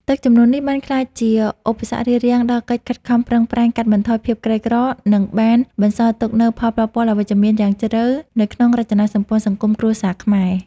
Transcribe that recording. ទឹកជំនន់នេះ បានក្លាយជាឧបសគ្គរារាំងដល់កិច្ចខិតខំប្រឹងប្រែងកាត់បន្ថយភាពក្រីក្រ និងបានបន្សល់ទុកនូវផលប៉ះពាល់អវិជ្ជមានយ៉ាងជ្រៅនៅក្នុងរចនាសម្ព័ន្ធសង្គមគ្រួសារខ្មែរ។